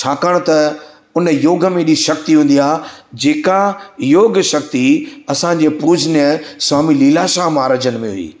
छाकाणि त उन योग में एॾी शक्ती हूंदी आहे जेका योगशक्ती असांजे पूजनीय स्वामी लीलाशाह महाराजनि में हुई